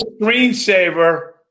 screensaver